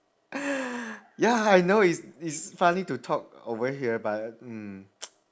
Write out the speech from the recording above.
ya I know it's it's funny to talk over here but mm